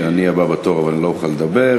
טוב לדעת.